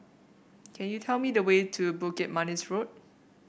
can you tell me the way to Bukit Manis Road